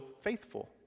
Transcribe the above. faithful